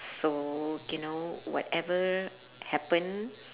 so you know whatever happen